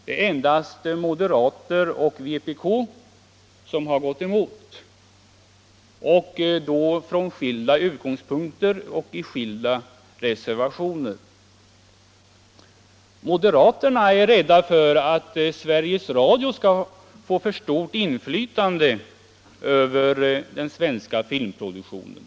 Det är endast moderater och kommunister som har gått emot det och detta från skilda utgångspunkter och i skilda reservationer. Moderaterna är rädda för att Sveriges Radio skall få för stort inflytande över den svenska filmproduktionen.